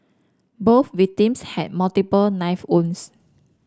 both victims had multiple knife owns